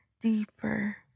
deeper